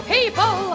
People